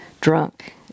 drunk